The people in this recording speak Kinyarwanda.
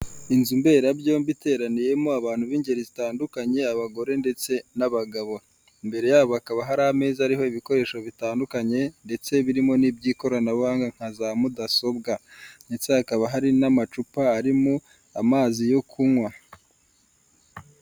Inzu mberabyombi iteraniyemo abantu b'ingeri zitandukanye, abagore ndetse n'abagabo. Imbere yabo hakaba hari ameza ariho ibikoresho bitandukanye ndetse birimo n'iby'ikoranabuhanga nka za mudasobwa ndetse hakaba hari n'amacupa arimo amazi yo kunywa.